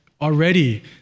already